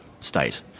state